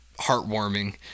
heartwarming